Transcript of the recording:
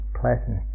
pleasant